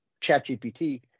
ChatGPT